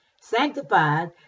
sanctified